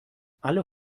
alle